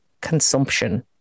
consumption